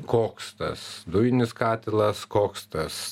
koks tas dujinis katilas koks tas